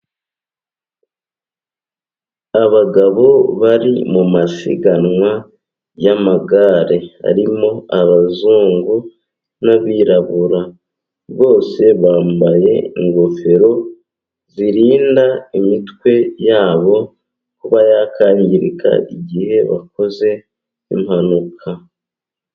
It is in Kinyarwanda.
Abagabo bari mu masiganwa y'amagare harimo abazungu n'abirabura bose bambaye ingofero zirinda imitwe yabo kuba yakangirika igihe bakoze impanuka.